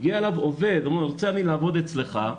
הגיע אליו עובד שרוצה לעבוד אצלו,